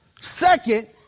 Second